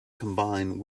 combine